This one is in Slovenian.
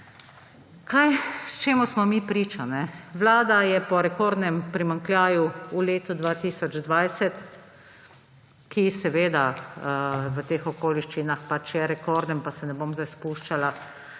Čemu smo mi priča? Vlada je po rekordnem primanjkljaju v letu 2020, ki seveda v teh okoliščinah pač je rekorden, pa se ne bom sedaj spuščala